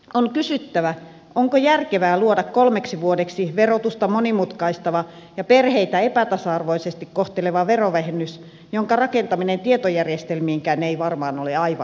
on kysyttävä onko järkevää luoda kolmeksi vuodeksi verotusta monimutkaistava ja perheitä epätasa arvoisesti kohteleva verovähennys jonka rakentaminen tietojärjestelmiinkään ei varmaan ole aivan ilmaista